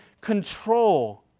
control